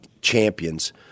champions